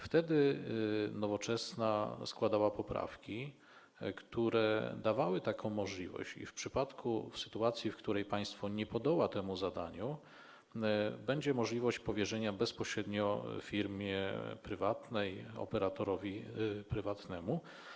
Wtedy Nowoczesna składała poprawki, które dawały pewną możliwość: w przypadku sytuacji, w której państwo nie podoła temu zadaniu, byłaby możliwość powierzenia go bezpośrednio firmie prywatnej, operatorowi prywatnemu.